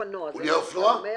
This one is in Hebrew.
אופניים.